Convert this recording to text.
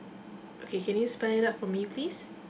okay can you spell it out for me please